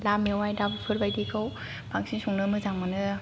अनद्ला मेवाइ दाउ बेफोरबायदिखौ बांसिन संनो मोजां मोनो